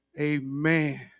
Amen